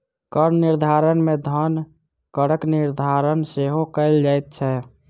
कर निर्धारण मे धन करक निर्धारण सेहो कयल जाइत छै